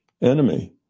enemy